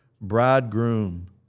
bridegroom